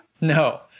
No